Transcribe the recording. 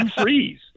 freeze